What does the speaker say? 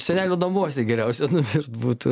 senelių namuose geriausia numirt būtų